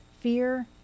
fear